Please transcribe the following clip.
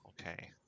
okay